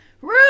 Rude